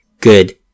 good